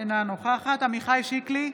אינה נוכחת עמיחי שיקלי,